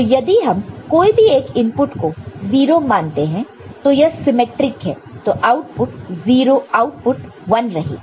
तो यदि हम कोई भी एक इनपुट को 0 मानते हो तो यह सिमिट्रिक है तो आउटपुट 1 रहेगा